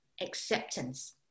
acceptance